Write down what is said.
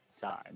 time